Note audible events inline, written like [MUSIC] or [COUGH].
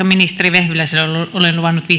[UNINTELLIGIBLE] ministeri vehviläiselle olen luvannut [UNINTELLIGIBLE]